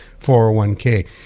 401k